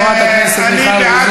חברת הכנסת מיכל רוזין.